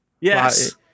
Yes